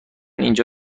اینجا